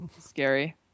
Scary